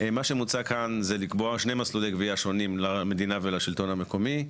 מה שמוצע כאן זה לקבוע שני מסלולי גבייה שונים למדינה ולשלטון המקומי.